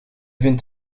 vindt